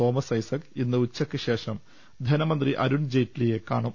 Thomas Isaac ഇന്ന് ഉച്ചയ്ക്ക് ശേഷം ധനമന്ത്രി അരുൺജ യ്റ്റ്ലിയെ കാണും